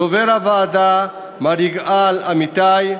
דובר הוועדה מר יגאל אמיתי,